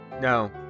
no